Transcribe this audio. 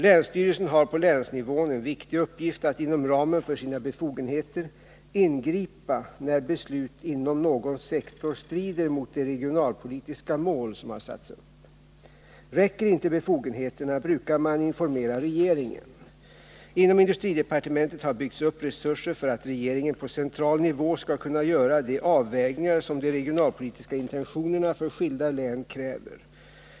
Länsstyrelsen har på länsnivån en viktig uppgift att inom ramen för sina befogenheter ingripa när beslut inom någon sektor strider mot de regionalpolitiska mål som har satts upp. Räcker inte befogenheterna brukar man informera regeringen. Inom industridepartementet har byggts upp resurser för att regeringen på central nivå skall kunna göra de avvägningar som de regionalpolitiska intentionerna för skilda län kräver.